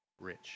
rich